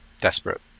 desperate